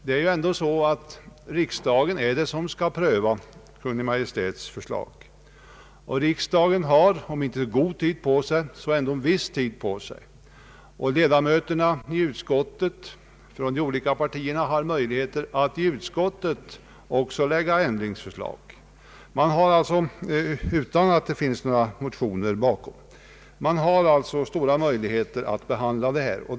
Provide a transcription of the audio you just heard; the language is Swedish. Det är ändå så att det är riksdagen som skall pröva Kungl. Maj:ts förslag och riksdagen har, om inte god tid så ändå viss tid på sig. Ledamöterna i utskottet från de olika partierna har möjlighet att också i utskottet lägga fram ändringsförslag, utan att det finns motioner bakom. Det finns alltså stora möjligheter att behandla dessa frågor.